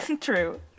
true